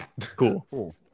Cool